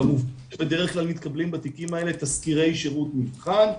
כמובן שבדרך כלל מתקבלים בתיקים האלה תסקירי שירות מבחן,